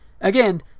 again